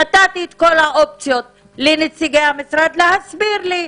נתתי את כל האופציות לנציגי המשרד להסביר לי,